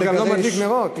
אבל לא מדליק נרות.